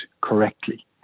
correctly